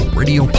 radio